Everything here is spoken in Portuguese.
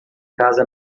casa